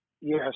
Yes